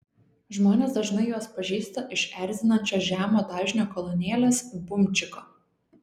žmonės dažnai juos pažįsta iš erzinančio žemo dažnio kolonėlės bumčiko